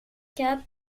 cape